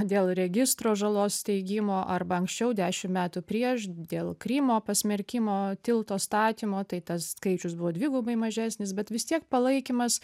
dėl registro žalos steigimo arba anksčiau dešim metų prieš dėl krymo pasmerkimo tilto statymo tai tas skaičius buvo dvigubai mažesnis bet vis tiek palaikymas